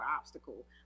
obstacle